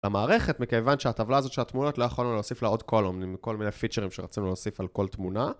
למערכת מכיוון שהטבלה הזאת של התמונות לא יכולנו להוסיף לה עוד column, עם כל מיני פיצ'רים שרצינו להוסיף על כל תמונה